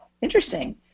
Interesting